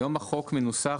היום החוק מנוסח,